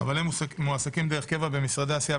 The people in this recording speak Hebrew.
אבל הם מועסקים דרך קבע במשרדי הסיעה